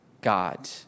God